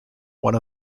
one